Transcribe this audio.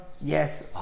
Yes